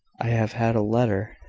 i have had a letter,